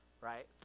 right